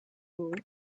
all